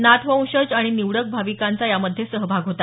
नाथ वंशज आणि निवडक भाविकांचा यामध्ये सहभाग होता